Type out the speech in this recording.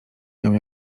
się